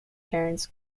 parents